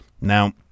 Now